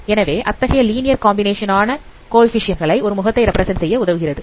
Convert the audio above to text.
எனவே அத்தகைய linear combination ஆன கோஎஃபீஷியேன்ட் கள் ஒரு முகத்தை தன்னிச்சையாக ரெப்பிரசன்ட் செய்ய உதவுகிறது